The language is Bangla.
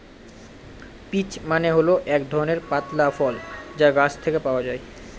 পিচ্ মানে হল এক ধরনের পাতলা ফল যা গাছ থেকে পাওয়া যায়